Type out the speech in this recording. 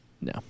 No